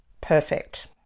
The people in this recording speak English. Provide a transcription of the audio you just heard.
perfect